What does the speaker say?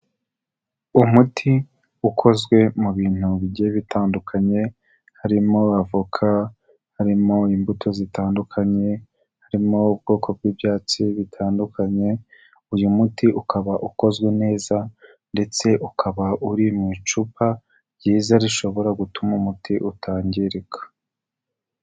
Umuti ukozwe mu bintu bigiye bitandukanye, harimo avoka, harimo imbuto zitandukanye, harimo ubwoko bw'ibyatsi bitandukanye, uyu muti ukaba ukozwe neza, ndetse ukaba uri mu icupa ryiza, rishobora gutuma umuti utangirika.